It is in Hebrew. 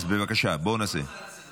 אז בבקשה, בואו נעשה את זה.